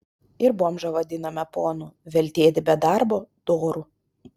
ir bomžą vadiname ponu veltėdį be darbo doru